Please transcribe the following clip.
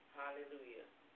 hallelujah